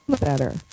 better